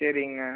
சரிங்க